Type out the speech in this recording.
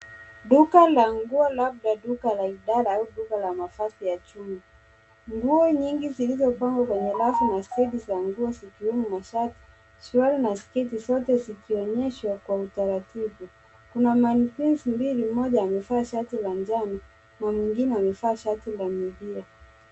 Duka la nguo labda duka la idhara au duka mavasi ya Jumia. Nguo nyingi zilizopangwa kwenye rafu na stendi za nguo zikiwemo mashati suruali na sketi zote zikionyeshwa kwa utaratifu, kuna manequins mbili, moja amevaa shati la njano na mwingine amevaa shati ya milia.